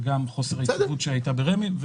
זה גם חוסר יציבות ברמ"י,